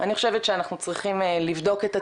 אני חושבת שאנחנו צריכים לבדוק את עצמנו,